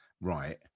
right